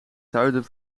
zuiden